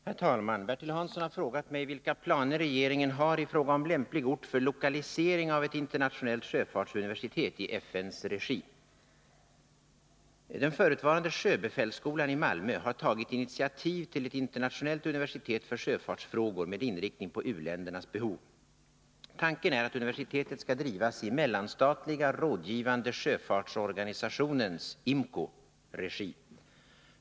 Herr talman! Bertil Hansson har frågat mig vilka planer regeringen har i fråga om lämplig ort för lokalisering av ett internationellt sjöfartsuniversitet i FN:s regi. Förutvarande sjöbefälsskolan i Malmö har tagit initiativ till ett internationellt universitet för sjöfartsfrågor med inriktning på u-ländernas behov. Tanken är att universitetet skall drivas i Mellanstatliga rådgivande sjöfartsorganisationens regi.